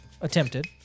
Attempted